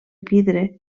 vidre